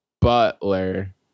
Butler